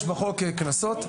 יש בחוק קנסות,